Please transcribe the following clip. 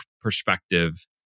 perspective